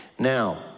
Now